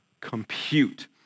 compute